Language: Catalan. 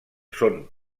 són